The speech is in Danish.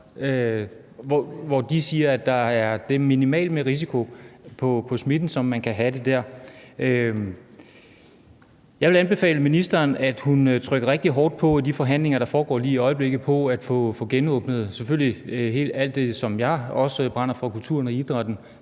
De siger, at der er minimalt med risiko for smitte dér. Jeg vil anbefale ministeren, at hun presser rigtig hårdt på i de forhandlinger, der foregår lige i øjeblikket, for at få genåbnet selvfølgelig alt det, som jeg brænder for, kulturen, idrætten